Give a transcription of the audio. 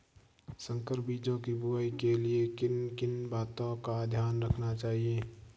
संकर बीजों की बुआई के लिए किन किन बातों का ध्यान रखना चाहिए?